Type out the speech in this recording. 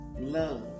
love